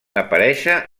aparèixer